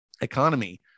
economy